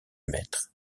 maître